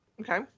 okay